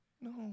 No